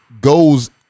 goes